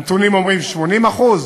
הנתונים אומרים, 80%?